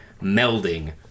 melding